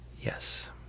Yes